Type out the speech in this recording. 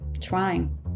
trying